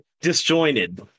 disjointed